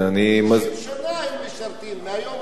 60 שנה הם משרתים, מהיום הראשון.